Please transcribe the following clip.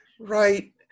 Right